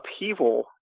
upheaval